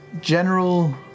general